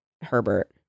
Herbert